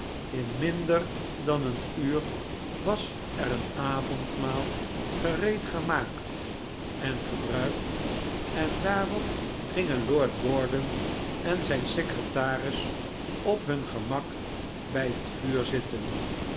in minder dan een uur was er een avondmaal gereedgemaakt en gebruikt en daarop gingen lord gordon en zijn secretaris op hun gemak bij het vuur zitten